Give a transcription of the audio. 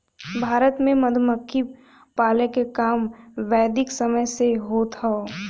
भारत में मधुमक्खी पाले क काम वैदिक समय से होत हौ